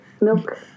milk